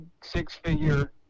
six-figure